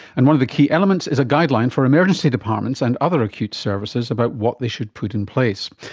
and one of the key elements is a guideline for emergency departments and other acute services about what they should put in place.